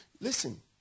Listen